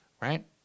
right